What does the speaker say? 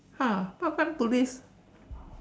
!huh! part time police